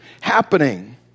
happening